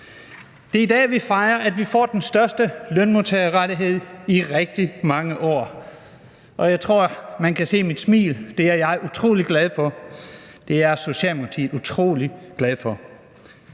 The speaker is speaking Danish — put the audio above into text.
Det er i dag, vi fejrer, at vi får den største lønmodtagerrettighed i rigtig mange år, og jeg tror, man kan se mit smil: Det er jeg utrolig glad for, og det er Socialdemokratiet utrolig glade for.